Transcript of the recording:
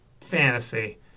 fantasy